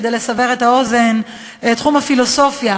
כדי לסבר את האוזן: תחום הפילוסופיה,